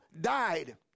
died